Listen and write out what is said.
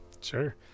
Sure